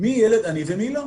מי ילד עני ומי לא.